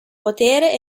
potere